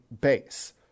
base